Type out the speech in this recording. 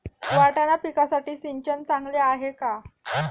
वाटाणा पिकासाठी सिंचन चांगले आहे का?